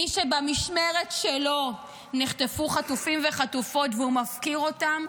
מי שבמשמרת שלו נחטפו חטופים וחטופות והוא מפקיר אותם,